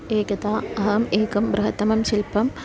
एकदा अहम् एकं बृहत्तमं शिल्पम्